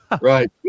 Right